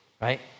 Right